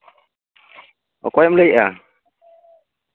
ᱚᱠᱚᱭᱮᱢ ᱞᱟᱹᱭᱮᱜᱼᱟ